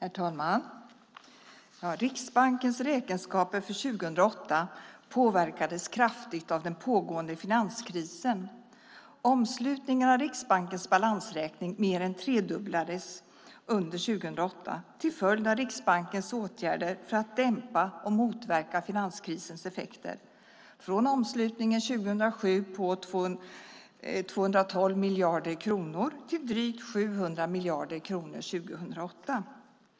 Herr talman! Riksbankens räkenskaper för 2008 påverkades kraftigt av den pågående finanskrisen. Omslutningen av Riksbankens balansräkning mer än tredubblades under 2008 till följd av Riksbankens åtgärder för att dämpa och motverka finanskrisens effekter, från omslutningen 2007 på 212 miljarder kronor till drygt 700 miljarder kronor 2008.